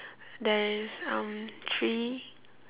there is um three